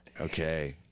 Okay